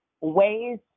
Ways